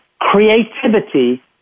creativity